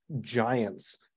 giants